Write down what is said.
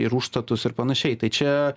ir užstatus ir panašiai tai čia